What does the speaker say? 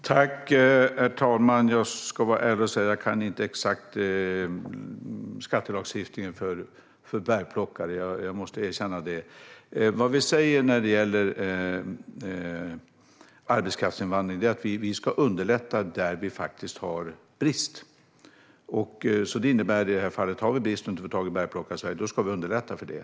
Herr talman! Jag ska vara ärlig och säga att jag inte kan skattelagstiftningen för bärplockare exakt. Jag måste erkänna det. Det vi säger när det gäller arbetskraftsinvandring är att vi ska underlätta där vi har brist. Det innebär att om vi i det här fallet har en brist och inte kan få tag på bärplockare i Sverige ska vi underlätta för det.